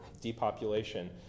depopulation